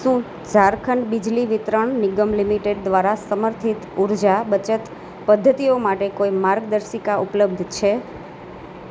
શું ઝારખંડ બિજલી વિતરણ નિગમ લિમિટેડ દ્વારા સમર્થિત ઊર્જા બચત પદ્ધતિઓ માટે કોઈ માર્ગદર્શિકા ઉપલબ્ધ છે